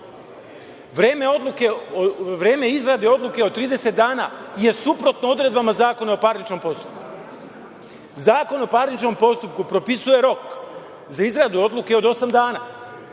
Vreme izrade odluke od 30 dana je suprotno odredbama Zakona o parničnom postupku. Zakon o parničnom postupku propisuje rok za izradu odluke od osam dana,